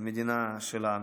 למדינה שלנו.